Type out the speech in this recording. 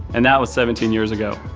and that was seventeen years ago.